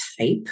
type